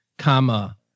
Comma